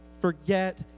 forget